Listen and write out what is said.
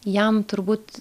jam turbūt